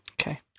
Okay